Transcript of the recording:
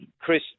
Chris